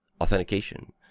Authentication